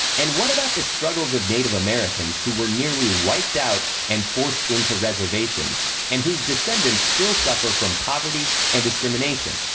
and what about the struggles of native americans who were nearly wiped out and forced into reservations and whose descendants still suffer from poverty and discrimination?